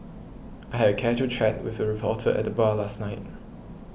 I had a casual chat with a reporter at the bar last night